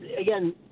Again